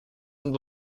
und